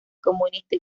comunista